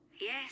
Yes